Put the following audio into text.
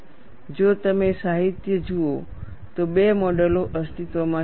અને જો તમે સાહિત્ય જુઓ તો બે મોડલો અસ્તિત્વમાં છે